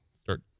start